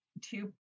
two